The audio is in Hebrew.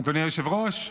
אדוני היושב-ראש,